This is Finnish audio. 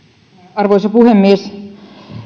arvoisa puhemies